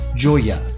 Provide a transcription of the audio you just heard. Joya